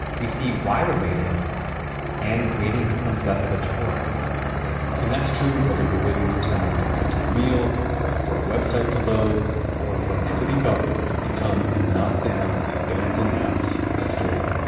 we see why we're waiting and waiting becomes less of a chore and that's true whether you're waiting for someone to cook you a meal or for a website to load or for a city government to come and knock down the abandoned house next door